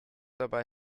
dabei